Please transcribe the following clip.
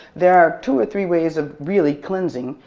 there are two or three ways of really cleansing.